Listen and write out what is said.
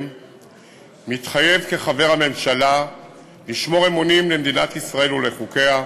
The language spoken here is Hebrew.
מתחייב כחבר הממשלה לשמור אמונים למדינת ישראל ולחוקיה,